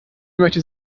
möchte